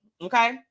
Okay